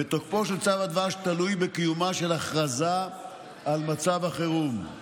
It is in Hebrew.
ותוקפו של צו הדבש תלוי בקיומה של הכרזה על מצב חירום.